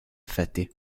effetti